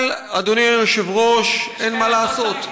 אבל, אדוני היושב-ראש, אין מה לעשות,